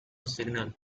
signal